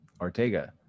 Ortega